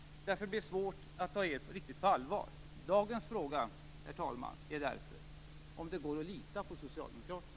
Därför blir det svårt att riktigt ta er på allvar. Dagens fråga, herr talman, är därför om det går att lita på Socialdemokraterna.